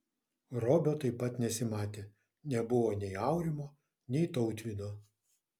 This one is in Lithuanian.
robio taip pat nesimatė nebuvo nei aurimo nei tautvydo